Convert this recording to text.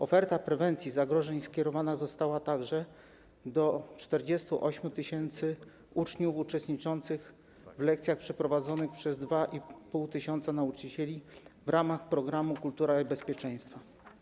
Oferta prewencji zagrożeń skierowana została także do 48 tys. uczniów uczestniczących w lekcjach przeprowadzonych przez 2,5 tys. nauczycieli w ramach programu „Kultura bezpieczeństwa”